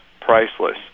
priceless